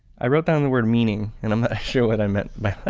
i wrote down the word meaning and i'm not sure what i meant by